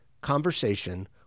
conversation